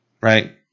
right